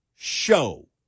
show